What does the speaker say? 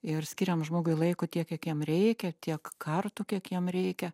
ir skiriam žmogui laiko tiek kiek jam reikia tiek kartų kiek jam reikia